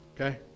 Okay